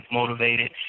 motivated